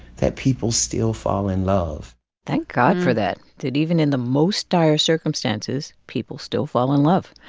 that people still fall in love thank god for that that even in the most dire circumstances, people still fall in love.